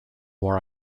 wore